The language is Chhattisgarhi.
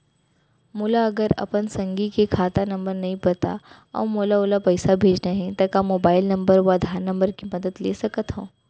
मोला अगर अपन संगी के खाता नंबर नहीं पता अऊ मोला ओला पइसा भेजना हे ता का मोबाईल नंबर अऊ आधार नंबर के मदद ले सकथव?